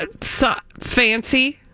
Fancy